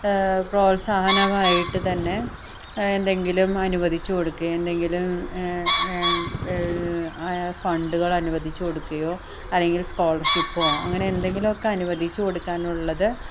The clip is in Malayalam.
പ്രോത്സാഹനമായിട്ട് തന്നെ എന്തെങ്കിലും അനുവദിച്ച് കൊടുക്കുകയും എന്തെങ്കിലും ആ ഫണ്ടുകളനുവദിച്ച് കൊടുക്കുകയോ അല്ലെങ്കിൽ സ്കോളർഷിപ്പോ അങ്ങനെയെന്തെങ്കിലുമൊക്കെ അനുവദിച്ചുകൊടുക്കാനുള്ളത്